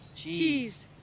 Cheese